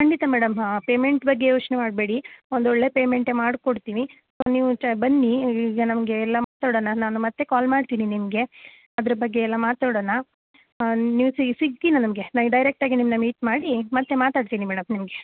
ಖಂಡಿತ madam payment ಬಗ್ಗೆ ಯೋಚನೆ ಮಾಡಬೇಡಿ ಒಂದೊಳ್ಳೆಯ ಪೆಮೆಂಟೆ ಮಾಡ್ಕೊಡ್ತೀನಿ ನೀವು ಚ ಬನ್ನಿ ಈಗ ನಮಗೆ ಎಲ್ಲ ಮಾತಾಡೋಣ ನಾನು ಮತ್ತು ಕಾಲ್ ಮಾಡ್ತೀವಿ ನಿಮಗೆ ಅದ್ರ ಬಗ್ಗೆ ಎಲ್ಲ ಮಾತಾಡೊಣ ನೀವು ಸಿಕ್ಕಿ ನಮಗೆ ನಾನು ಡೈರೆಕ್ಟಾಗಿ ನಿಮ್ಮನ್ನು ಮೀಟ್ ಮಾಡಿ ಮತ್ತು ಮಾತಾಡ್ತೀನಿ ಮೇಡಮ್ ನಿಮಗೆ